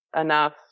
enough